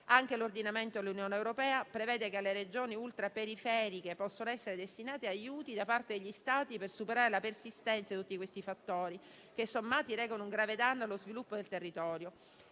Anche l'ordinamento dell'Unione europea prevede che alle Regioni ultraperiferiche possano essere destinati aiuti da parte degli Stati per superare la persistenza di tutti questi fattori che, sommati, recano un grave danno allo sviluppo del territorio.